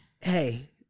hey